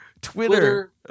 Twitter